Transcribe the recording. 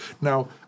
Now